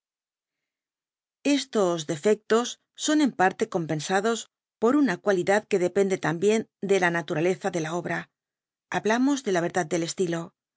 estos defectos son en parte compensados por una cualidad que depende también de la naturaleza de la obra hablamos de la verdad del estilo